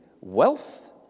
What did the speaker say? wealth